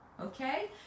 Okay